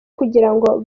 kugirango